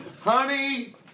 Honey